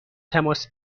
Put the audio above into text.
تماس